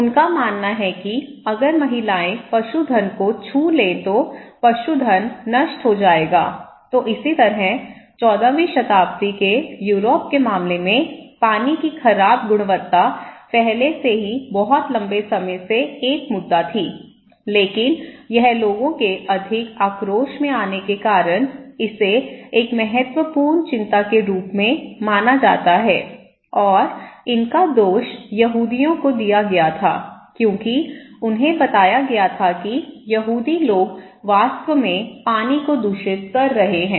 उनका मानना है कि अगर महिलाएं पशुधन को छू ले तो पशुधन नष्ट हो जाएगा तो इसी तरह 14 वीं शताब्दी के यूरोप के मामले में पानी की खराब गुणवत्ता पहले से ही बहुत लंबे समय से एक मुद्दा थी लेकिन यह लोगों के अधिक आक्रोश में आने के कारण इसे एक महत्वपूर्ण चिंता के रूप में माना जाता है और इनका दोष यहूदियों को दिया गया था क्योंकि उन्हें बताया गया था कि यहूदी लोग वास्तव में पानी को दूषित कर रहे हैं